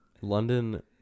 London